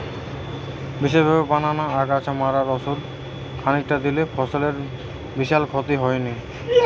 বিশেষভাবে বানানা আগাছা মারার ওষুধ খানিকটা দিলে ফসলের বিশাল ক্ষতি হয়নি